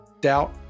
doubt